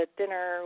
dinner